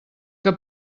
que